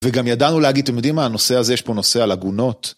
וגם ידענו להגיד, אתם יודעים מה הנושא הזה? יש פה נושא על עגונות.